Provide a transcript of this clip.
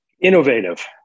innovative